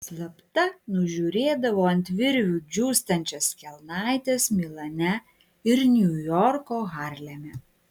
slapta nužiūrėdavo ant virvių džiūstančias kelnaites milane ir niujorko harleme